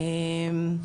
אוקיי.